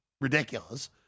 ridiculous